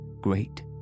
great